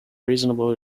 reasonable